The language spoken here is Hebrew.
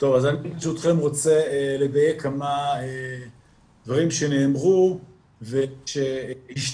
אני ברשותכם רוצה לדייק כמה דברים שנאמרו ושהשתמרו.